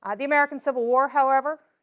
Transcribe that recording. ah the american civil war, however,